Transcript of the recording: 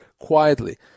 quietly